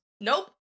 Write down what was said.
Nope